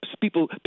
people